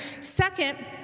Second